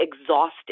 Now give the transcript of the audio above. exhausted